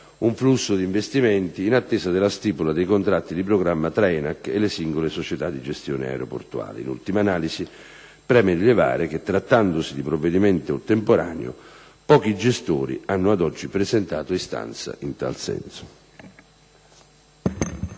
un flusso di investimenti in attesa della stipula dei contratti di programma tra ENAC e le singole società di gestione aeroportuale. In ultima analisi, preme rilevare che, trattandosi di provvedimento temporaneo, pochi gestori hanno ad oggi presentato istanza in tal senso.